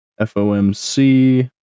FOMC